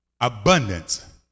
Abundance